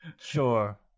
sure